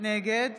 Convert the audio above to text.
נגד